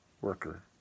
worker